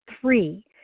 three